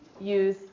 use